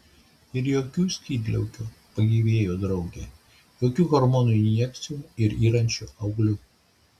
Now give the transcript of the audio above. ir jokių skydliaukių pagyvėjo draugė jokių hormonų injekcijų ir yrančių auglių